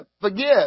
forgive